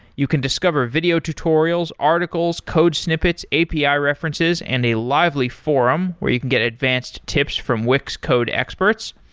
you can discover video tutorials, articles, code snippets, api ah references and a lively forum where you can get advanced tips from wix code experts.